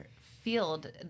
field